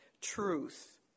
truth